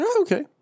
Okay